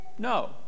No